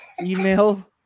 email